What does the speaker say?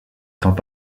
temps